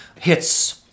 hits